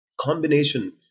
combination